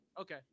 Okay